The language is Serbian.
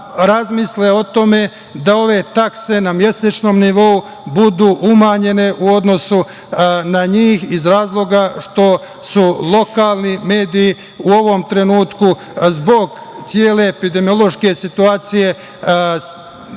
razmisle o tome da ove takse na mesečnom nivou budu umanjene u odnosu na njih, iz razloga što su lokalni mediji u ovom trenutku zbog cele epidemiološke situacije